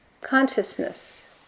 consciousness